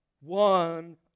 one